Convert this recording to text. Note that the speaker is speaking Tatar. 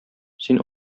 син